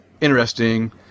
interesting